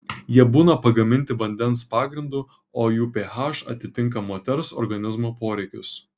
jie būna pagaminti vandens pagrindu o jų ph atitinka moters organizmo poreikius